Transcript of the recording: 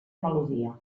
melodia